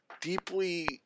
deeply